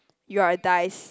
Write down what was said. you're a dice